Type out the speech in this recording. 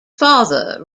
father